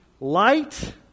light